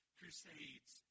crusades